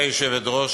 גברתי היושבת-ראש,